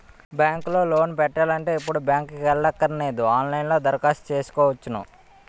bank లో loan పెట్టాలంటే ఇప్పుడు బ్యాంకుకి ఎల్లక్కరనేదు ఆన్ లైన్ లో దరఖాస్తు సేసుకోవచ్చును